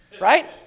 Right